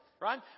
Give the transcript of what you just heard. right